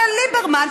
הרי ליברמן,